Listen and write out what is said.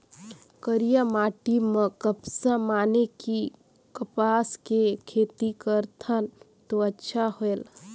करिया माटी म कपसा माने कि कपास के खेती करथन तो अच्छा होयल?